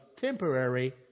temporary